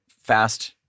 fast